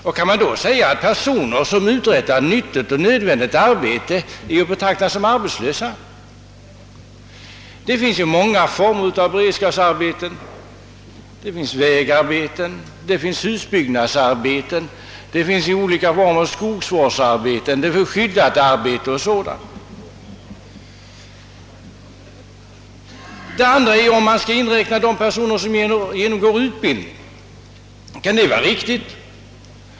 Och kan man verk ligen säga att personer som utför ett nyttigt och nödvändigt arbete är att betrakta som arbetslösa? Det finns ju beredskapsarbeten av många slag: vägarbeten, husbyggnadsarbeten, olika former av skogsvårdsarbeten samt arbete i skyddade verkstäder m.m. Kan det vidare vara riktigt att som arbetslösa räkna personer som genomgår utbildning?